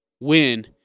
win